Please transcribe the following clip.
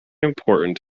important